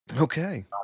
okay